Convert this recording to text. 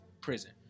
prison